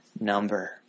number